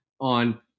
on